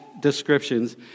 descriptions